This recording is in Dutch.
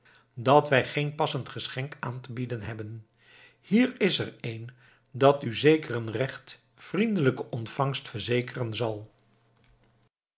dat wij geen passend geschenk aan te bieden hebben hier is er een dat u zeker een recht vriendelijke ontvangst verzekeren zal